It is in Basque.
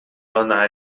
ona